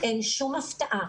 אין שום הפתעה.